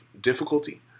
difficulty